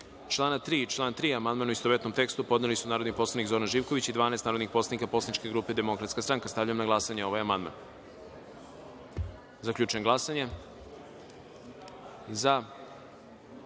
člana 21. i član 21. amandman, u istovetnom tekstu, podneli su narodni poslanik Zoran Živković i 12 narodnih poslanika poslaničke grupe DS.Stavljam na glasanje ovaj amandman. Zaključujem glasanje: za